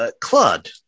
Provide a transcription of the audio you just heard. Claude